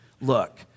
look